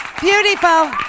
Beautiful